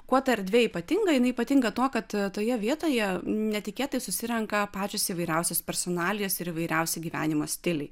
kuo ta erdvė ypatinga jinai ypatinga tuo kad toje vietoje netikėtai susirenka pačios įvairiausios personalijos ir įvairiausi gyvenimo stiliai